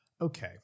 Okay